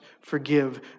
forgive